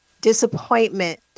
disappointment